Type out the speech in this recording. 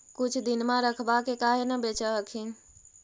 कुछ दिनमा रखबा के काहे न बेच हखिन?